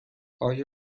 آیا